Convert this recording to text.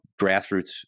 grassroots